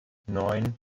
neun